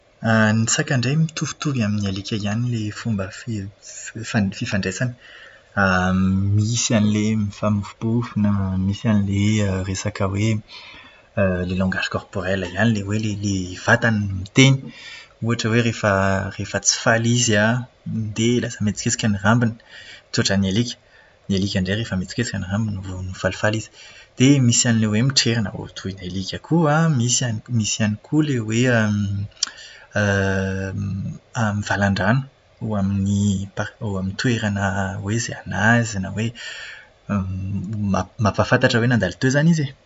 Ny saka indray mitovitovy amin'ny alika ihany ilay fomba fi- fa- fifandraisany. Misy an'ilay mifamofompofona, misy an'ilay resaka hoe ilay "langage corporel" ihany ilay hoe ilay vatany no miteny. Ohatra hoe rehefa tsy faly izy an, dia lasa mihetsiketsika ny rambony. Tsy ohatran'ny alika, ny alika indray rehefa mihetsiketsika ny rambony dia falifaly izy. Dia misy ilay hoe mitrerona toy ny alika koa an, misy ihany koa ilay hoe mivalan-drano eo amin'ny par- eo amin'ny toerana hoe izay anazy na hoe mampahafantatra hoe nandalo teo izany izy e.